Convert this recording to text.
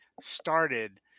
started